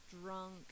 drunk